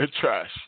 trash